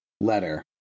letter